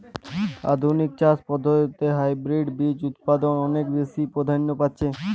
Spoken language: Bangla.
আধুনিক চাষ পদ্ধতিতে হাইব্রিড বীজ উৎপাদন অনেক বেশী প্রাধান্য পাচ্ছে